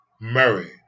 Murray